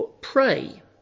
pray